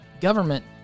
government